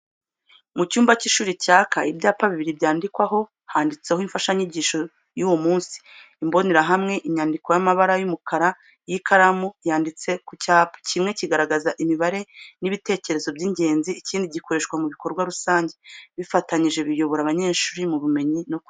Mu cyumba cy’ishuri cyaka, ibyapa bibiri byandikwaho, handitseho imfashanyigisho y'uwo munsi. Imbonerahamwe, inyandiko n’amabara y'umukara y'ikaramu yanditse ku cyapa. Kimwe kigaragaza imibare n’ibitekerezo by’ingenzi, ikindi gikoreshwa mu bikorwa rusange. Bifatanyije biyobora abanyeshuri mu bumenyi no kwiga.